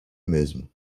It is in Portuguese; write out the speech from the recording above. mesmo